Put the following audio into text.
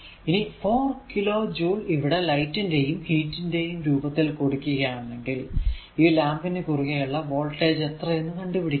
ഇനി 4 kilo joule ഇവിടെ light ന്റെ യും ഹീറ്റ് ന്റെയും രൂപത്തിൽ കൊടുക്കുകയാണേൽ ഈ ലാമ്പിനു കുറുകെ ഉള്ള വോൾടേജ് എത്രയെന്നു കണ്ടുപിടിക്കുക